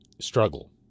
struggle